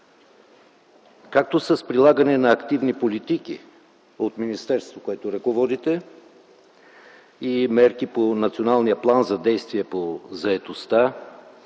както с прилагане на активни политики от министерството, което ръководите, и мерки по Националния план за действие по заетостта